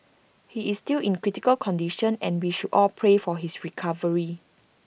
he is still in critical condition and we should all pray for his recovery